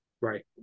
right